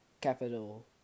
capital